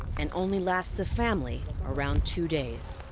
and only lasts the family around two days.